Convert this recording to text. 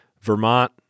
Vermont